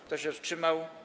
Kto się wstrzymał?